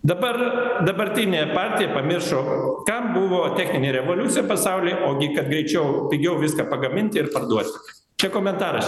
dabar dabartinė partija pamiršo kam buvo techninė revoliucija pasaulyje o gi kad greičiau pigiau viską pagaminti ir parduot čia komentaras